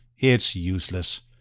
it's useless.